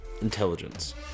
intelligence